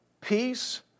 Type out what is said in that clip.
peace